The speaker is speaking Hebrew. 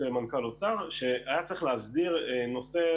מנכ"ל האוצר שהיה צריך להסדיר את הנושא